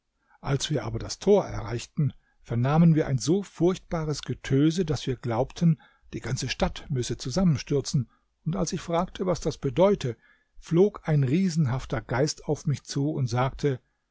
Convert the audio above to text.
als wir aber das tor erreichten vernahmen wir ein so furchtbares getöse daß wir glaubten die ganze stadt müsse zusammenstürzen und als ich fragte was das bedeute flog ein riesenhafter geist auf mich zu und sagte